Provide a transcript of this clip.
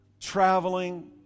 traveling